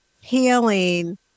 healing